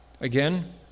Again